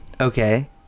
Okay